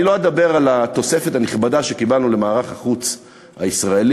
אני לא אדבר על התוספת הנכבדה שקיבלנו למערך החוץ הישראלי.